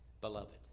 beloved